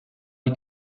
die